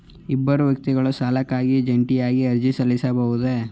ಇಬ್ಬರು ವ್ಯಕ್ತಿಗಳು ಸಾಲಕ್ಕಾಗಿ ಜಂಟಿಯಾಗಿ ಅರ್ಜಿ ಸಲ್ಲಿಸಬಹುದೇ?